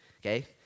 okay